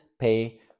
pay